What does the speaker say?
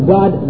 God